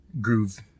groove